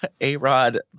A-Rod